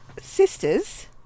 Sisters